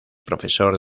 profesor